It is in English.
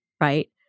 right